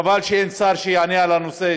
וחבל שאין שר שיענה על הנושא,